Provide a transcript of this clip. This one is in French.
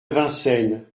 vincennes